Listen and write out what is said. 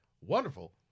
wonderful